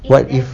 what if